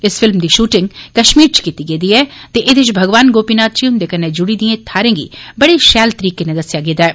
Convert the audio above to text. इस फिल्म दी शूटिंग कश्मीर च कीती गेदी ऐ ते एह्दे च भगवान गोपीनाथ जी हुंदे कन्नै जुड़ी दिएं थाहरें गी बड़े खरे तरीके कन्नै दस्सेआ गेदा ऐ